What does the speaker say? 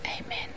Amen